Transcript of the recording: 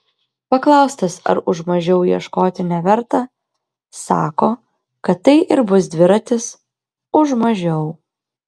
paklaustas ar už mažiau ieškoti neverta sako kad tai ir bus dviratis už mažiau